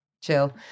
Chill